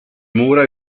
mura